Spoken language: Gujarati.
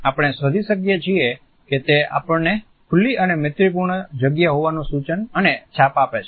આપણે શોધી શકીએ છીએ કે તે આપણને ખુલ્લી અને મૈત્રીપૂર્ણ જગ્યા હોવાનું સૂચન અને છાપ આપે છે